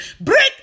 Break